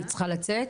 היא צריכה לצאת,